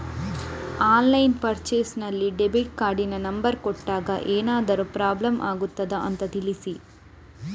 Online purchase ನಲ್ಲಿ debit ಕಾರ್ಡಿನ number ಕೊಟ್ಟಾಗ ಏನಾದರೂ ಪ್ರಾಬ್ಲಮ್ ಆಗುತ್ತದ ಅಂತ ತಿಳಿಸಿ?